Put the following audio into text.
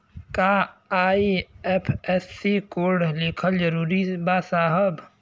का IFSC code लिखल जरूरी बा साहब?